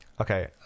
Okay